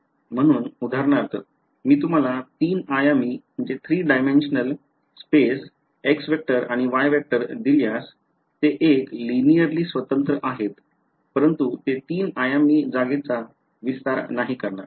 म्हणून उदाहरणार्थ मी तुम्हाला तीन आयामी जागा x वेक्टर आणि y वेक्टर दिल्यास ते एक लिनिअरली स्वतंत्र आहेत परंतु ते तीन आयामी जागेचा विस्तार नाही करणार